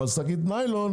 אבל שקית ניילון,